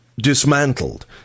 dismantled